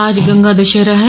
आज गंगा दशहरा है